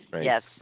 Yes